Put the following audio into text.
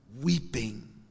weeping